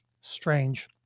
Strange